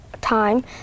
time